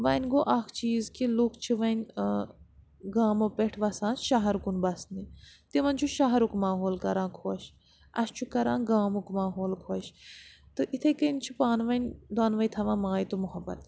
وۄنۍ گوٚو اکھ چیٖز کہِ لُکھ چھِ وۄنۍ گامو پٮ۪ٹھ وَسان شَہر کُن بَسنہِ تِمَن چھُ شَہرُک ماحول کَران خۄش اَسہِ چھُ کَران گامُک ماحول خۄش تہٕ اِتھَے کٔنۍ چھِ پانہٕ ؤنۍ دۄنوَے تھاوان ماے تہٕ محبت